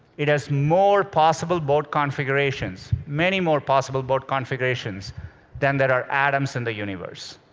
it has more possible board configurations many more possible board configurations than there are atoms in the universe.